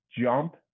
jump